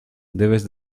debes